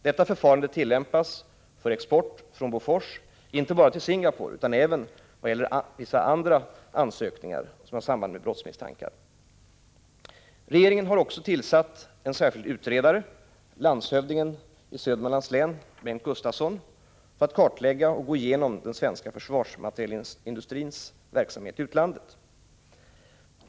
Detta förfarande tillämpas för export från Bofors inte bara till Singapore utan även vad gäller vissa andra ansökningar där misstankar om brott kan föreligga. Regeringen har också tillsatt en särskild utredare, landshövdingen i Södermanlands län, Bengt Gustavsson, för att kartlägga och gå igenom den svenska försvarsmaterielindustrins verksamhet i utlandet.